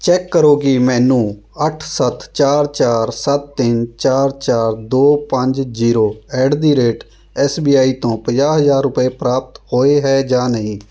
check ਕਰੋ ਕੀ ਮੈਨੂੰ ਅੱਠ ਸੱਤ ਚਾਰ ਚਾਰ ਸੱਤ ਤਿੰਨ ਚਾਰ ਚਾਰ ਦੋ ਪੰਜ zero at the rate S B I ਤੋਂ ਪੰਜਾਹ ਹਜ਼ਾਰ ਰੁਪਏ ਪ੍ਰਾਪਤ ਹੋਏ ਹੈ ਜਾਂ ਨਹੀਂ